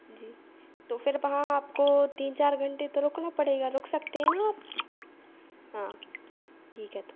जी तो फ़िर वहाँ आपको तीन चार घंटे तो रुकना पड़ेगा रुक सकते है ना आप हाँ ठीक है तो